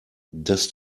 dass